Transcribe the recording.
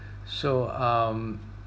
so um